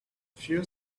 few